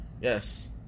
yes